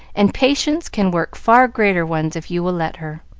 and patience can work far greater ones if you will let her.